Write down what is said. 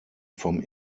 vom